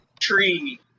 Tree